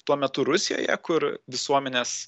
tuo metu rusijoje kur visuomenės